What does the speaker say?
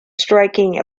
striking